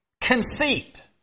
conceit